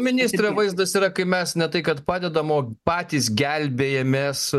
ministre vaizdas yra kai mes ne tai kad padedam o patys gelbėjamės